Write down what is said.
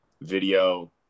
video